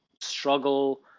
struggle